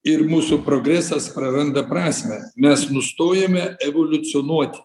ir mūsų progresas praranda prasmę mes nustojame evoliucionuoti